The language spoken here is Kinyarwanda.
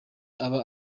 aba